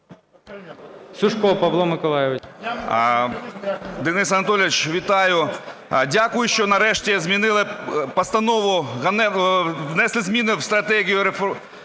Денис Анатолійович, вітаю! Дякую, що нарешті змінили постанову, внесли зміни в стратегію